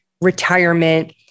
retirement